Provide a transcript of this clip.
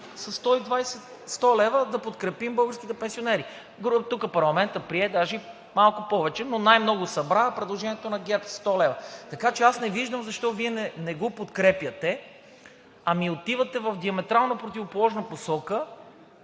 със 100 лв. да подкрепим българските пенсионери. Тук парламентът прие даже и малко повече, но най-много събра предложението на ГЕРБ – 100 лв. Така че аз не виждам защо Вие не го подкрепяте, ами отивате в диаметрално противоположна посока,